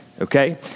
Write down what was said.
okay